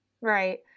Right